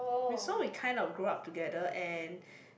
we so we kind of grew up together and